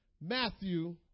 Matthew